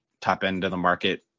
top-end-of-the-market